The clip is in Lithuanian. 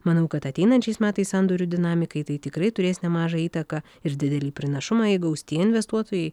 manau kad ateinančiais metais sandorių dinamikai tai tikrai turės nemažą įtaką ir didelį pranašumą įgaus tie investuotojai